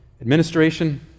Administration